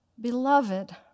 Beloved